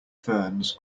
ferns